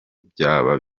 byaba